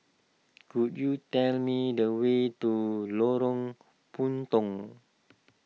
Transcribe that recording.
could you tell me the way to Lorong Puntong